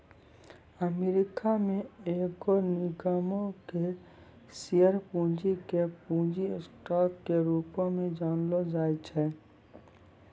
America मे एगो निगमो के शेयर पूंजी के पूंजी स्टॉक के रूपो मे जानलो जाय छै